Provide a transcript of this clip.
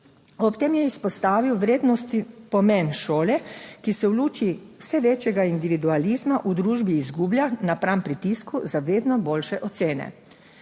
Ob tem je izpostavil vrednost, pomen šole, ki se v luči vse večjega individualizma v družbi izgublja napram pritisku za vedno boljše ocene.